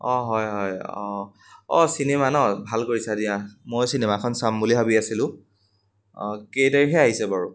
অঁ হয় হয় অঁ অঁ চিনেমা ন ভাল কৰিছা দিয়া মই চিনেমাখন চাম বুলি ভাবি আছিলোঁ অঁ কেই তাৰিখে আহিছে বাৰু